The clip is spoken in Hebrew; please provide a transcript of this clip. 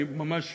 ממש